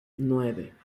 nueve